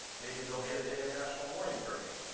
maybe there'll be a day of national mourning for me,